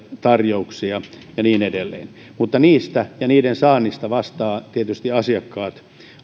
tarjouksia ja niin edelleen mutta niistä ja niiden saannista vastaavat tietysti asiakkaat